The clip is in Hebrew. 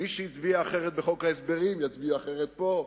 מי שהצביע אחרת בחוק ההסדרים יצביע אחרת פה,